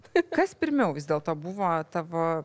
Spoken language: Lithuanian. kas pirmiau vis dėlto buvo tavo